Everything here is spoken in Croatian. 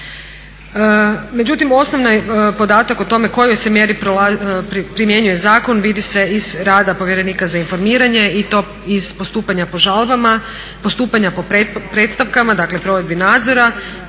Međutim osnovni podatak o tome u kojoj mjeri se primjenjuje zakon vidi se iz rada povjerenika za informiranje i to iz postupanja po žalbama, postupanja po predstavkama dakle provedbi nadzora